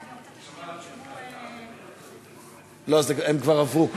אני רוצה את השניות שהוא, לא, הן כבר עברו.